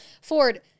Ford